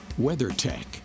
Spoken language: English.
WeatherTech